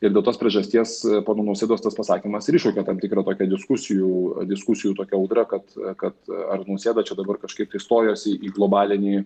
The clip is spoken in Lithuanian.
ir dėl tos priežasties pono nausėdos tas pasakymas ir iššaukė tam tikrą tokią diskusijų diskusijų tokią audrą kad kad ar nausėda čia dabar kažkaip tai stojasi į globalinį